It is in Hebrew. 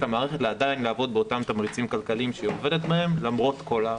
המערכת עדיין לעבוד באותם תמריצים כלכליים שהיא עובדת בהם למרות כל החקיקה.